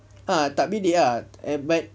ah tak bedek ah but